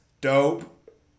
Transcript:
Dope